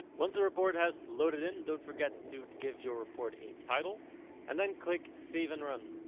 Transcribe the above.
once the report has loaded in, don't forget to give your report a title and then click save and run.